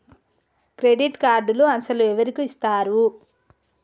Credit కార్డులు అసలు ఎవరికి ఇస్తారు?